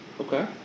Okay